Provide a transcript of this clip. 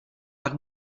pak